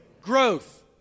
Growth